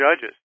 judges